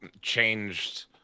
changed